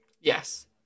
Yes